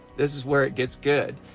this is where it gets good.